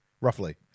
roughly